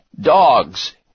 dogs